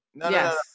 yes